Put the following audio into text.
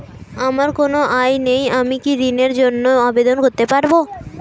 আমার কোনো আয় নেই আমি কি ঋণের জন্য আবেদন করতে পারব?